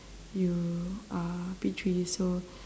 you are P three so